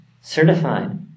certified